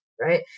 right